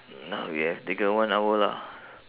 now we have taken one hour lah